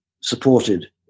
supported